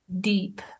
deep